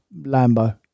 Lambo